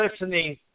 listening